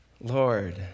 Lord